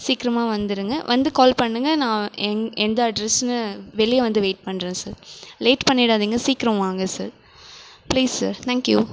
சீக்கிரமாக வந்துருங்க வந்து கால் பண்ணுங்கள் நான் எந் எந்த அட்ரஸ்ன்னு வெளியே வந்து வெயிட் பண்ணுறேன் சார் லேட் பண்ணிடாதீங்க சீக்கிரம் வாங்க sir please sir thank you